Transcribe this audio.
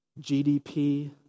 GDP